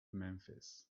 memphis